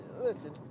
listen